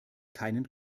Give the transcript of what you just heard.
keinen